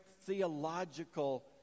theological